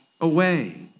away